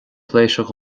pléisiúir